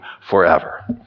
forever